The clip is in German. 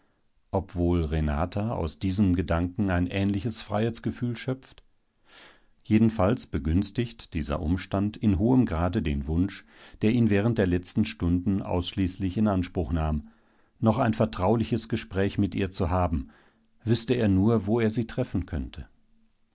wohl renata aus diesem gedanken ein ähnliches freiheitsgefühl schöpft jedenfalls begünstigt dieser umstand in hohem grade den wunsch der ihn während der letzten stunden ausschließlich in anspruch nahm noch ein vertrauliches gespräch mit ihr zu haben wüßte er nur wo er sie treffen könnte